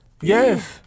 Yes